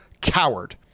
coward